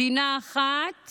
מדינה אחת